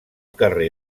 carrer